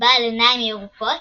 בעל עיניים ירוקות,